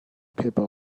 paper